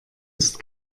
ist